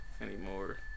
anymore